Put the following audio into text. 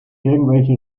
irgendwelche